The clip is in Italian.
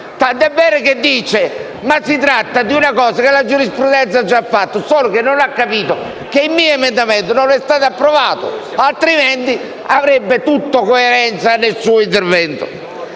tant'è vero che dice che si tratta di una cosa che la giurisprudenza ha già fatto, solo che non ha capito che il mio emendamento non è stato approvato, altrimenti tutto avrebbe coerenza nel suo intervento.